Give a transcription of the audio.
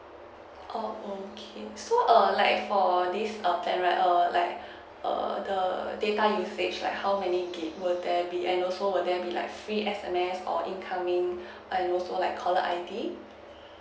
oh okay so err like for this err plan right err like err the data usage like how many gigabyte would there be and also would there be like free S_M_S or incoming and also like caller I_D